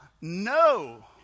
no